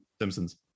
Simpsons